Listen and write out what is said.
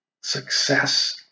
Success